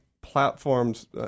platforms